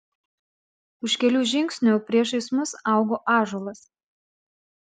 už kelių žingsnių priešais mus augo ąžuolas